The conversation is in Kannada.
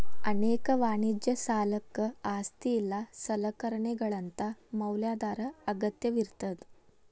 ಅನೇಕ ವಾಣಿಜ್ಯ ಸಾಲಕ್ಕ ಆಸ್ತಿ ಇಲ್ಲಾ ಸಲಕರಣೆಗಳಂತಾ ಮ್ಯಾಲಾಧಾರ ಅಗತ್ಯವಿರ್ತದ